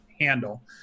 handle